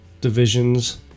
divisions